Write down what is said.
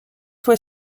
fois